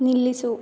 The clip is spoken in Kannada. ನಿಲ್ಲಿಸು